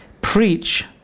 preach